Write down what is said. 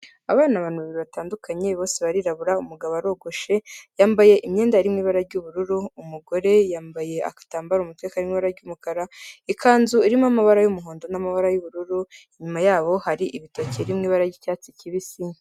Aba abantu babiri batandukanye bose barirabura umugabo arogoshe yambaye imyenda iri mu ibara ry'ubururu, umugore yambaye agatambaro mu mutwe kari mu ibara ry'umukara ikanzu irimo amaba y'umuhondo n'amabara y'ubururu, inyuma yabo hari ibitoki biri mu ibara ry'icyatsi kibisi.